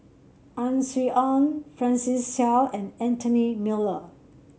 Ang Swee Aun Francis Seow and Anthony Miller